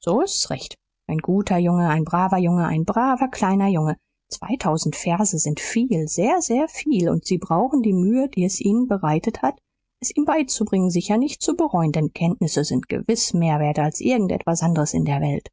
so ist's recht ein guter junge ein braver junge ein braver kleiner junge zweitausend verse sind viel sehr sehr viel und sie brauchen die mühe die es ihnen bereitet hat es ihm beizubringen sicher nicht zu bereuen denn kenntnisse sind gewiß mehr wert als irgend etwas anderes in der welt